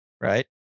Right